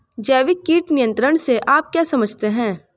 जैविक कीट नियंत्रण से आप क्या समझते हैं?